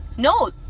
No